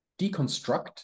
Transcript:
deconstruct